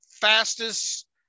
fastest